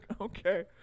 okay